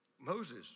Moses